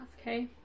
okay